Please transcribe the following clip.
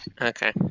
Okay